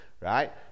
right